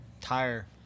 tire